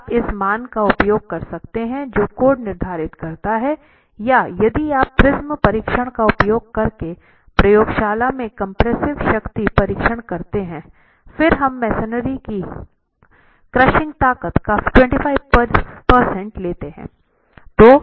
तो आप इस मान का उपयोग कर सकते हैं जो कोड निर्धारित करता है या यदि आप प्रिज्म परीक्षण का उपयोग करके प्रयोगशाला में कम्प्रेसिव शक्ति परीक्षण करते हैं फिर हम मेसनरी की क्रशिंग ताकत का 25 प्रतिशत लेते हैं